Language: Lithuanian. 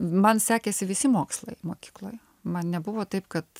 man sekėsi visi mokslai mokykloje man nebuvo taip kad